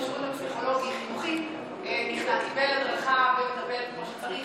האם השירות הפסיכולוגי-חינוכי קיבל הדרכה לטפל כמו שצריך?